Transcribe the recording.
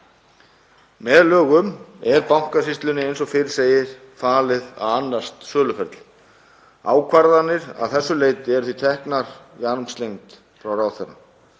Með lögum er Bankasýslunni, eins og fyrr segir, falið að annast söluferli. Ákvarðanir að þessu leyti eru því teknar í armslengd frá ráðherra